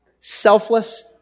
Selfless